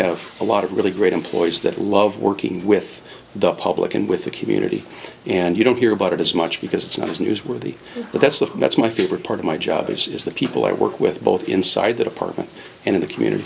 have a lot of really great employees that love working with the public and with the community and you don't hear about it as much because it's not as newsworthy but that's the that's my favorite part of my job is the people i work with both inside that apartment and in the community